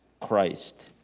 Christ